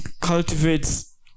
cultivates